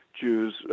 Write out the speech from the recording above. Jews